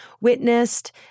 witnessed